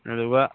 ꯑꯗꯨꯒ